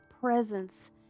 presence